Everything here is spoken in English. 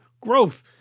growth